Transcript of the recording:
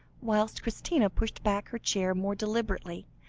whilst christina pushed back her chair more deliberately,